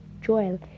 Joel